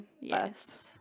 Yes